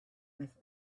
with